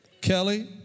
Kelly